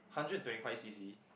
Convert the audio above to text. hundred and twenty five C_C